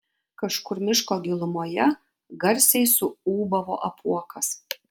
kažkur miško gilumoje garsiai suūbavo apuokas